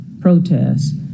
protests